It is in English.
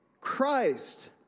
Christ